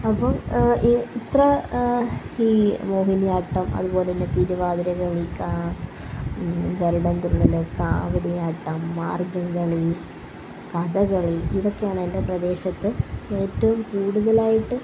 അപ്പോൾ ഈ ഇത്ര ഈ മോഹിനിയാട്ടം അത് പോലെ തിരുവാതിര കളി ക്കാ ഗരുഡൻതുള്ളൽ കാവടിയാട്ടം മാർഗംകളി കഥകളി ഇതൊക്കെയാണ് എൻ്റെ പ്രദേശത്ത് ഏറ്റവും കൂടുതലായിട്ട്